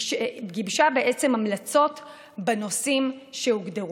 גיבשה בעצם המלצות בנושאים שהוגדרו.